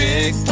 Big